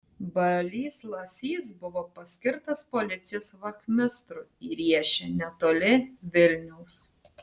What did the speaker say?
balys lasys buvo paskirtas policijos vachmistru į riešę netoli vilniaus